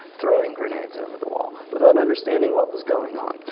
throwing grenades over the wall without understanding what was going on.